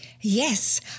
Yes